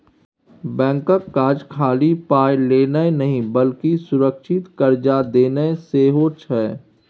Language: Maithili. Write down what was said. बैंकक काज खाली पाय लेनाय नहि बल्कि सुरक्षित कर्जा देनाय सेहो छै